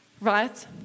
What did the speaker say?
right